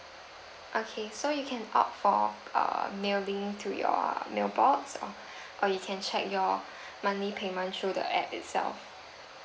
okay so you can opt for err mailing to your mailbox or or you can check your monthly payment through the app itself